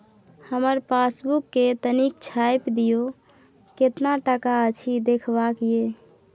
हमर पासबुक के तनिक छाय्प दियो, केतना टका अछि देखबाक ये?